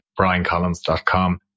briancollins.com